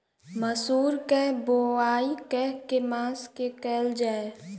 मसूर केँ बोवाई केँ के मास मे कैल जाए?